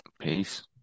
Peace